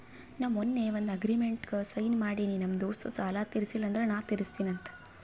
ನಾ ಮೊನ್ನೆ ಒಂದ್ ಅಗ್ರಿಮೆಂಟ್ಗ್ ಸೈನ್ ಮಾಡಿನಿ ನಮ್ ದೋಸ್ತ ಸಾಲಾ ತೀರ್ಸಿಲ್ಲ ಅಂದುರ್ ನಾ ತಿರುಸ್ತಿನಿ ಅಂತ್